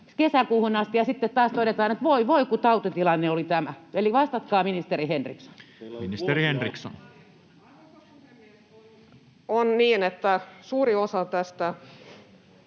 kesäkuuhun asti ja sitten taas todetaan, että voi voi, kun tautitilanne oli tämä? Eli vastatkaa, ministeri Henriksson. [Perussuomalaisten ryhmästä: